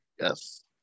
Yes